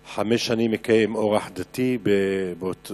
שמקיים אורח חיים דתי ברוח